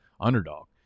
underdog